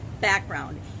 background